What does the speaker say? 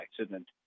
accident